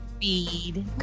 feed